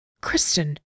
Kristen